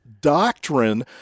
doctrine